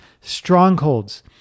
strongholds